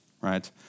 right